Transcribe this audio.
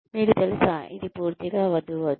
మీకు తెలుసా ఇది పూర్తిగా వద్దు వద్దు